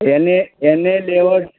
N A N A layout